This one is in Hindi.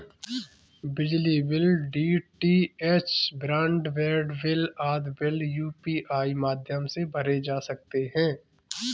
बिजली bill, DTH broadband bill आदि बिल यू.पी.आई माध्यम से भरे जा सकते हैं